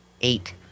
eight